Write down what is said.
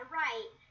right